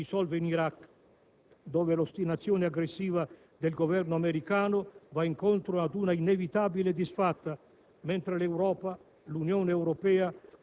verso il Governo di Abu Mazen, verso Siria e verso Iran, verso Libano, verso Egitto, verso i Paesi arabi e verso gli attuali governanti della Striscia di Gaza.